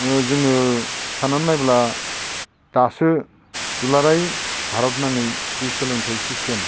ओ जोङो साननानै नायब्ला दासो दुलाराय भारत नाङै जि सोलोंथाय सिसटेम